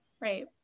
Right